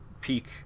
peak